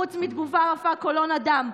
חוץ מתגובה רפה, קולו נדם.